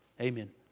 Amen